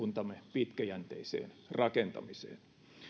pitkäjänteiseen rakentamiseen